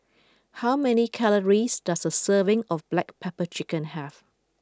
how many calories does a serving of Black Pepper Chicken have